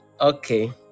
Okay